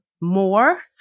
more